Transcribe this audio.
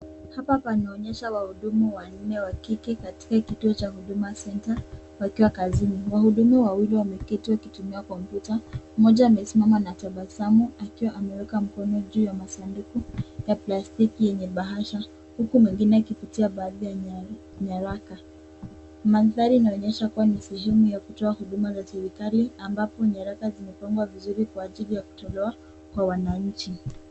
Hapa panaonyesha wahudumu wa nne wa kike katika kituo cha Huduma Center, wakiwa kazini. Wahudumu wawili wameketi wakitumia Computer , mmoja amesimama na tabasamu, akiwa ameweka mkono juu ya masanduku, ya plastiki yenye bahasha, huku mwingine akipitia baadhi ya nyaraka. Mandhari inaonyesha kuwa ni sehemu ya kutoa huduma za serikali, ambapo nyaraka zimepangwa vizuri kwa ajili ya kutolewa kwa wananchi.